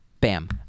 Bam